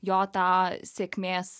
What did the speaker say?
jo tą sėkmės